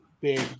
Big